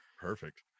perfect